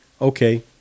okay